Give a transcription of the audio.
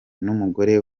n’umugore